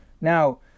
Now